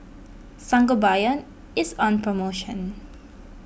Sangobion is on promotion